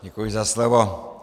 Děkuji za slovo.